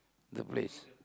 the place